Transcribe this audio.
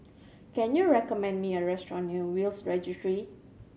can you recommend me a restaurant near Will's Registry